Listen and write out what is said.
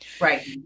Right